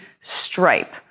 stripe